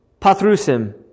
Pathrusim